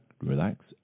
relax